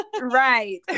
Right